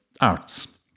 arts